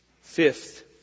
Fifth